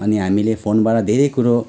अनि हामीले फोनबाट धेरै कुरो